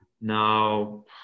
now